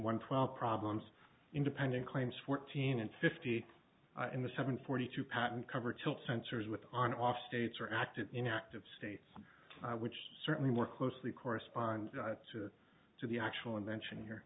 one twelve problems independent claims fourteen and fifty in the seven forty two patent cover tilt sensors with on off states or active inactive states which certainly more closely correspond to the actual invention here